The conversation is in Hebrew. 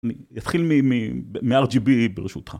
נתחיל מ-rgb ברשותך.